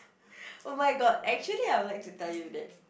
oh-my-god actually I would like to tell you that